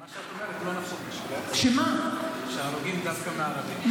מה שאת אומרת לא נכון, שההרוגים דווקא מהערבים.